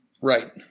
Right